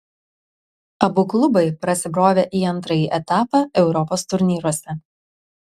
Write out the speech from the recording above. abu klubai prasibrovė į antrąjį etapą europos turnyruose